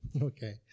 Okay